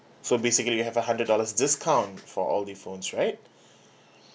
so basically you have a hundred dollars discount for all the phones right